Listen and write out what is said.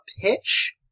pitch